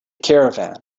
caravan